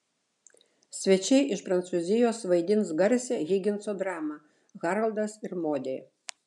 svečiai iš prancūzijos vaidins garsią higinso dramą haroldas ir modė